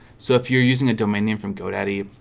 so if you're using a domain name from godaddy,